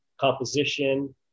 composition